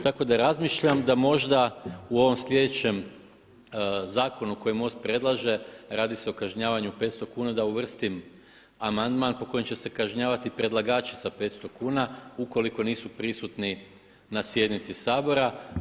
Tako da razmišljam da možda u ovom sljedećem zakonu koji MOST predlaže, radi se o kažnjavanju 500 kuna da uvrstim amandman po kojem će se kažnjavati predlagači sa 500 kuna ukoliko nisu prisutni na sjednici Sabora.